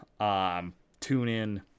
TuneIn